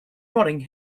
rotting